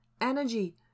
energy